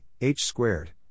H-squared